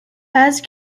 paz